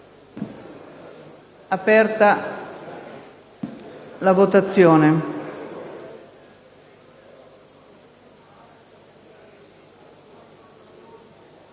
aperta la votazione.